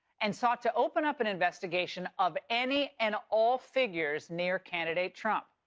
and sought to open up an investigation of any and all figures near candidate trump.